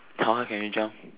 how high can you jump